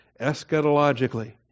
Eschatologically